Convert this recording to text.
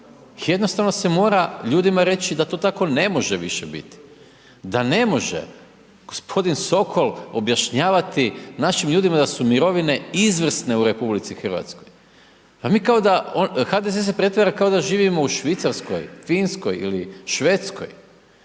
jednostavno se mora ljudima reći da to tako ne može biti, da ne može gospodin Sokol objašnjavati našim ljudima da su mirovine izvrsne u Republici Hrvatskoj, pa mi kao da, HDZ se pretvara kao da živimo u Švicarskoj, Finskoj ili Švedskoj,